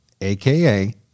aka